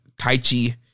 Taichi